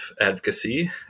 Advocacy